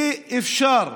אי-אפשר,